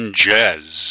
jazz